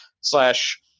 slash